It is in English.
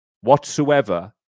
whatsoever